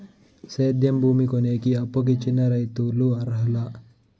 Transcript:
సేద్యం భూమి కొనేకి, అప్పుకి చిన్న రైతులు అర్హులా?